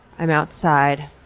i'm outside.